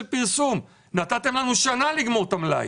פרסום ונתתם לנו שנה לגמור את המלאי.